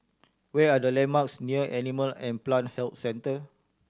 where are the landmarks near Animal and Plant Health Centre